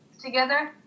together